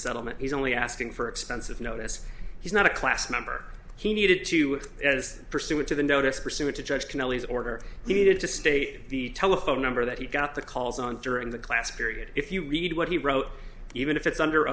settlement he's only asking for expensive notice he's not a class member he needed to act as pursuant to the notice pursuant to judge can always order he needed to state the telephone number that he got the calls on during the class period if you read what he wrote even if it's under